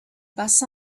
bus